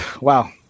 wow